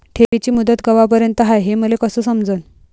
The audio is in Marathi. ठेवीची मुदत कवापर्यंत हाय हे मले कस समजन?